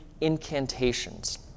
incantations